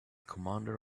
commander